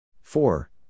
four